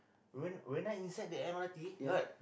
when when I inside the M_R_T got